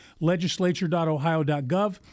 legislature.ohio.gov